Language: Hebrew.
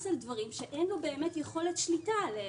על דברים שאין לו באמת יכולת שליטה עליהם.